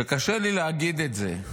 קשה לי להגיד את זה,